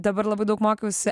dabar labai daug mokiausi